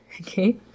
Okay